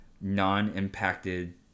non-impacted